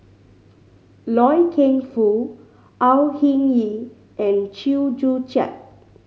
Loy Keng Foo Au Hing Yee and Chew Joo Chiat